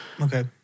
Okay